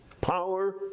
power